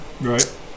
Right